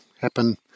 happen